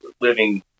Living